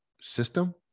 system